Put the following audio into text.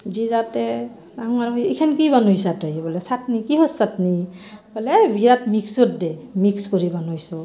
দি যাওঁতে নাওমান এইখান কি বনাইছা তই বোলে চাটনি কিহৰ চাটনি বোলে বিৰাট মিক্সত দে মিক্স কৰি বনাইছোঁ